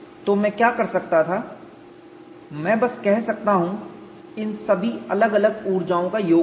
तो मैं क्या कर सकता था मैं बस कह सकता हूं इन सभी अलग अलग ऊर्जाओं का योग करें